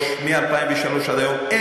מ-2003 עד היום,